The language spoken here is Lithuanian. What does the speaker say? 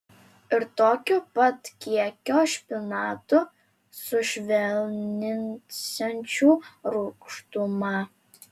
ir tokio pat kiekio špinatų sušvelninsiančių rūgštumą